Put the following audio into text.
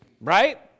Right